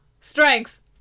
strength